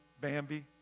Bambi